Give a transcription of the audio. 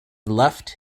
left